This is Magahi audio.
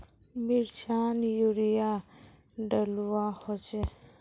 मिर्चान यूरिया डलुआ होचे?